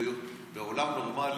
בעולם נורמלי,